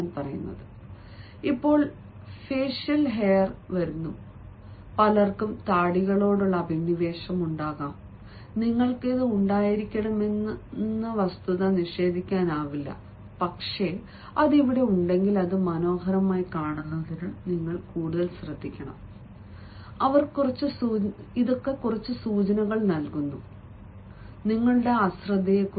അപ്പോൾ facial hair വരുന്നു പലർക്കും താടികളോടുള്ള അഭിനിവേശം ഉണ്ടാവാം നിങ്ങൾക്ക് അത് ഉണ്ടായിരിക്കാമെന്ന വസ്തുത നിഷേധിക്കാനാവില്ല പക്ഷേ അത് അവിടെ ഉണ്ടെങ്കിൽ അത് മനോഹരമായി കാണുന്നതിന് നിങ്ങൾ കൂടുതൽ ശ്രദ്ധിക്കണം അവർ കുറച്ച് സൂചനകൾ നൽകുന്നു നിങ്ങളുടെ അശ്രദ്ധയെക്കുറിച്ച്